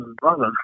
brother